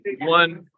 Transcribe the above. one